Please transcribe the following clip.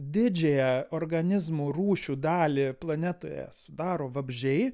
didžiąją organizmų rūšių dalį planetoje sudaro vabzdžiai